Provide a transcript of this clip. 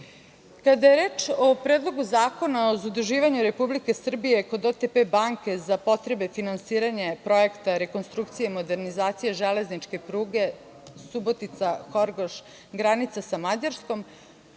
je reč o Predlogu zakona o zaduživanju Republike Srbije kod OTP banke za potrebe finansiranja projekta rekonstrukcije i modernizacije železničke pruge Subotica-Horgoš, granica sa Mađarskom,